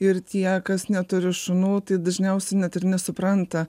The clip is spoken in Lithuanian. ir tie kas neturi šunų tai dažniausiai net ir nesupranta